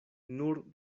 nur